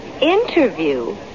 Interview